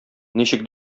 ничек